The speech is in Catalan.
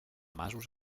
masos